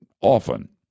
often